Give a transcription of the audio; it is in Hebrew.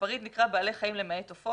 הפריט נקרא 'בעלי חיים למעט עופות',